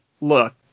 look